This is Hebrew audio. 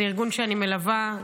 זה ארגון שאני מלווה,